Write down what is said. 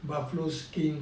buffalo skin